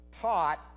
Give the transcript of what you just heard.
taught